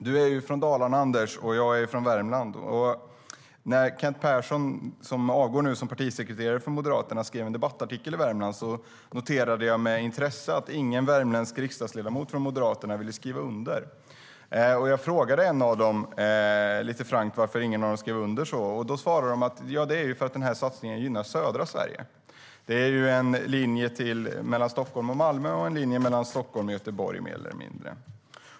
Du är från Dalarna, Anders, och jag är från Värmland. När Kent Persson, som nu avgår som partisekreterare för Moderaterna, skrev en debattartikel i Värmland noterade jag med intresse att ingen värmländsk riksdagsledamot från Moderaterna hade skrivit under. När jag frågade en av dem lite frankt varför ingen av dem skrivit under blev svaret: Det är för att satsningen gynnar södra Sverige. Det är en linje mellan Stockholm och Malmö och en linje mellan Stockholm och Göteborg, mer eller mindre.